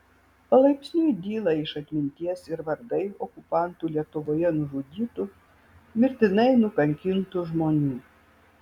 palaipsniui dyla iš atminties ir vardai okupantų lietuvoje nužudytų mirtinai nukankintų žmonių